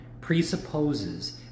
presupposes